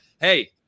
Hey